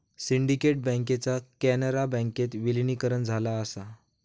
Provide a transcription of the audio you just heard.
syndicate बँकेचा कॅनरा बँकेत विलीनीकरण झाला असा